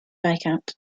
viscount